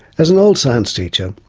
as an old science teacher,